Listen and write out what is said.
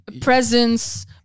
presence